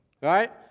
Right